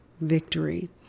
victory